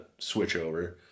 switchover